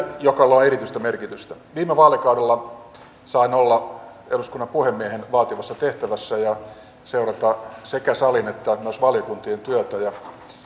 joka luo erityistä merkitystä viime vaalikaudella sain olla eduskunnan puhemiehen vaativassa tehtävässä ja seurata sekä salin että valiokuntien työtä